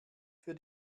für